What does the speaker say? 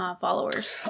followers